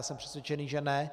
Jsem přesvědčen, že ne.